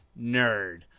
Nerd